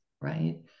right